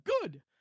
good